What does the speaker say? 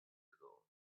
ago